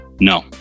No